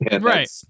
Right